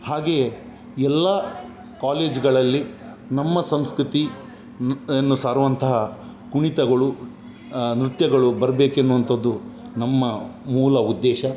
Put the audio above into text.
ಹಾಗೆಯೆ ಎಲ್ಲಾ ಕಾಲೇಜುಗಳಲ್ಲಿ ನಮ್ಮ ಸಂಸ್ಕೃತಿ ಸಾರುವಂತಹ ಕುಣಿತಗಳು ನೃತ್ಯಗಳು ಬರಬೇಕು ಎನ್ನುವಂಥದ್ದು ನಮ್ಮ ಮೂಲ ಉದ್ದೇಶ